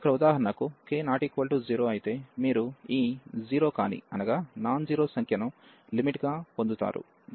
ఇక్కడ ఉదాహరణకు k ≠ 0 అయితే మీరు ఈ జీరో కాని సంఖ్యను లిమిట్ గా పొందుతాము